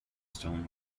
stone